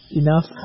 enough